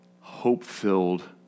hope-filled